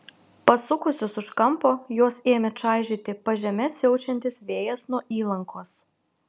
pasukusius už kampo juos ėmė čaižyti pažeme siaučiantis vėjas nuo įlankos